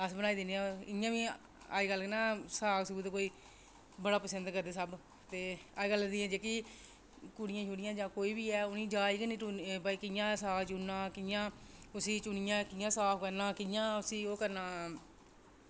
अस बनाई दिन्ने आं इ'यां बी अजकल ना साग कोई बड़ा पसंद करदे सब ते अजकल दी जेह्की कुड़ियां जां कोई बी ऐ उ'नें जाच गै नेईं कि भई कि'यां साग चुनना जां कि'यां उसी चुनियै साफ करना जां कि'यां उसी ओह् करना